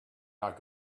not